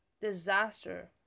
disaster